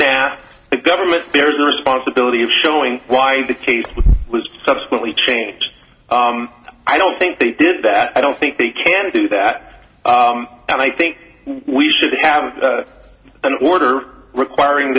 now the government there is the responsibility of showing why the case was subsequently changed i don't think they did that i don't think they can do that and i think we should have an order requiring